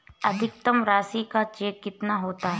अधिकतम राशि का चेक कितना होता है?